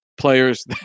players